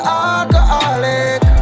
alcoholic